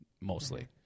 mostly